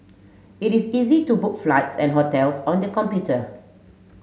it is easy to book flights and hotels on the computer